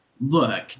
Look